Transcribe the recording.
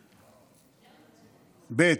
ב.